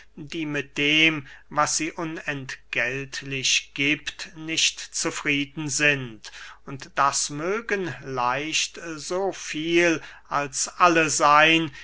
die mit dem was sie unentgeltlich giebt nicht zufrieden sind und das mögen leicht so viel als alle seyn